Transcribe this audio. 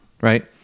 Right